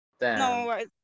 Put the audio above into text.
No